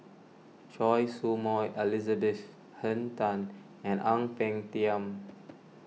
Choy Su Moi Elizabeth Henn Tan and Ang Peng Tiam